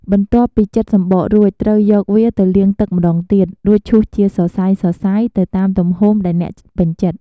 បន្ទាប់ពីចិតសំបករួច ត្រូវយកវាទៅលាងទឹកម្ដងទៀត រួចឈូសជាសរសៃៗ ទៅតាមទំហំដែលអ្នកពេញចិត្ត។